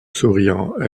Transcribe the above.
souriant